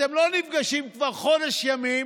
אתם לא נפגשים כבר חודש ימים,